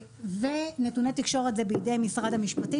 ונתוני תקשורת זה בידי משרד המשפטים